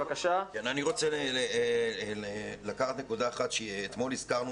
אני רוצה לקחת נקודה אחת שאתמול הזכרנו